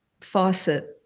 faucet